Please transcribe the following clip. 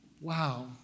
Wow